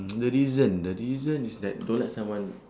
the reason the reason is that you don't like someone